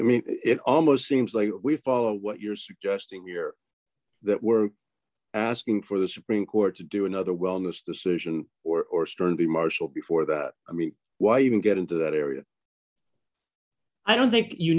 i mean it almost seems like we follow what you're suggesting here that we're asking for the supreme court to do another wellness decision or or stern be marshall before that i mean why even get into that area i don't think you